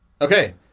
Okay